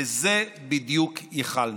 לזה בדיוק ייחלנו.